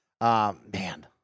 Man